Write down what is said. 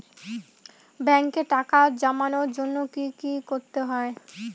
ব্যাংকে টাকা জমানোর জন্য কি কি করতে হয়?